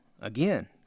again